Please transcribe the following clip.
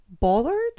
Bothered